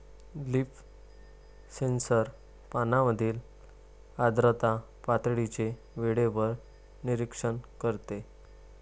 leaf sensor पानांमधील आर्द्रता पातळीचे वेळेवर निरीक्षण करते